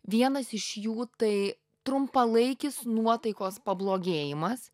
vienas iš jų tai trumpalaikis nuotaikos pablogėjimas